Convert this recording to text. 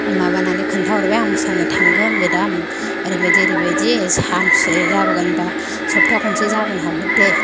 माबानानै खोनथहरबाय आं मोसानो थांगोन मेदाम ओरैबादि ओरैबादि सानबैसे जाबोगोनबा सबथा खनसे जाबोनो हागौ दे होननानै